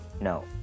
No